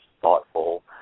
thoughtful